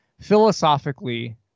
philosophically